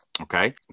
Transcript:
okay